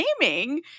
gaming